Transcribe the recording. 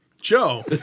Joe